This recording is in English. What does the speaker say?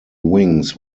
wings